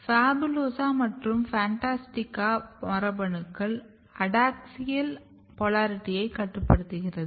PHABULOSA மற்றும் FANTASTICA மரபணுக்கள் adaxial போலாரிட்டியைக் கட்டுப்படுத்துகிறது